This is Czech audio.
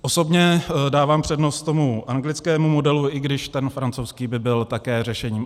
Osobně dávám přednost tomu anglickému modelu, i když ten francouzský by byl také řešením.